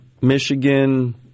Michigan